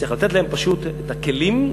צריך פשוט לתת להם את הכלים,